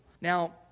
Now